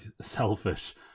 selfish